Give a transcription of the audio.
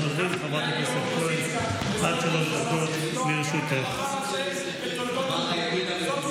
בת 18. גרתי בקיבוץ כפר עזה עם שלושת אחיי ושני הוריי.